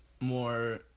more